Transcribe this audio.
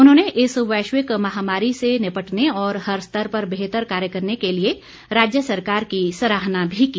उन्होंने इस वैश्विक महामारी से निपटने और हर स्तर पर बेहतर कार्य करने के लिए राज्य सरकार की सराहना भी की